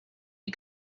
you